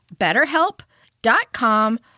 BetterHelp.com